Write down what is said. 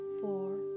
four